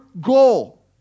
goal